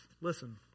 listen